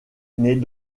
n’est